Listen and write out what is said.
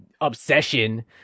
obsession